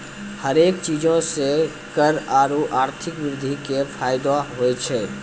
हरेक चीजो से कर आरु आर्थिक वृद्धि के फायदो होय छै